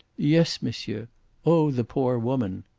yes, monsieur oh, the poor woman!